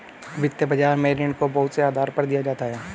वित्तीय बाजार में ऋण को बहुत से आधार पर दिया जाता है